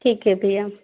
ठीक है भैया